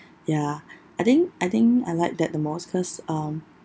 ya I think I think I like that the most cause um